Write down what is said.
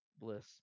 bliss